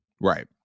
right